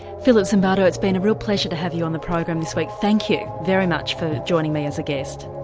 philip zimbardo it's been a real pleasure to have you on the program this week, thank you very much for joining me as a guest.